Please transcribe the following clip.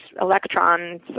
electrons